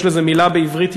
יש לזה מילה יפה בעברית,